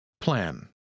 plan